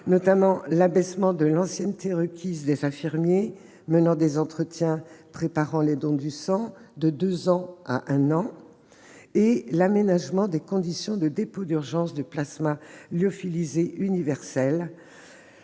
ans à un an de l'ancienneté requise des infirmiers menant les entretiens préparant les dons du sang et l'aménagement des conditions de dépôt d'urgence du plasma lyophilisé universel.